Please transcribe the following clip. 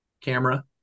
camera